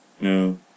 No